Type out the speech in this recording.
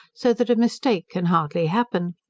so that a mistake can hardly happen.